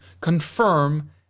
confirm